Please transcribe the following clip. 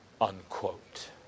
unquote